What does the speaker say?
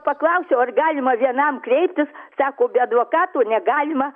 paklausiau ar galima vienam kreiptis sako be advokato negalima